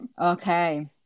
Okay